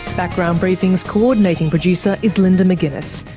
background briefing's coordinating producer is linda mcginness,